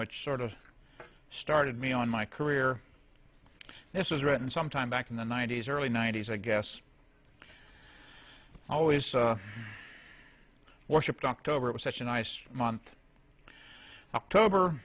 which sort of started me on my career this was written sometime back in the ninety's early ninety's i guess i always worshiped october it was such a nice month october